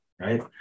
right